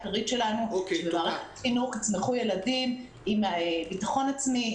שממערכת החינוך יצמחו ילדים עם ביטחון עצמי,